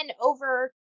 over